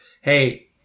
Hey